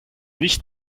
nicht